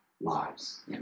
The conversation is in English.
lives